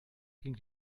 ging